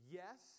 yes